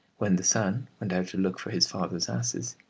when the son went out to look for his father's asses,